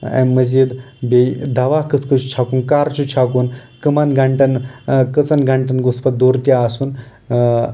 امہِ مٔزیٖد بیٚیہِ دوا کِتھ کٔنۍ چھُ چھکُن کر چھُ چھکُن کٕمن گنٛٹن کٔژن گنٛٹن گوٚژھ پتہٕ دوٚر تہِ آسُن